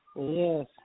Yes